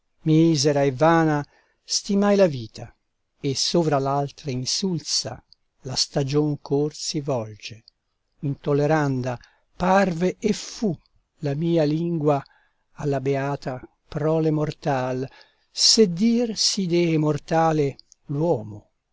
misera e vana stimai la vita e sovra l'altre insulsa la stagion ch'or si volge intolleranda parve e fu la mia lingua alla beata prole mortal se dir si dee mortale l'uomo